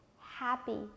happy